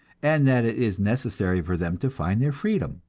and that it is necessary for them to find their freedom,